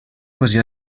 così